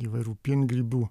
įvairių piengrybių